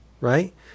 right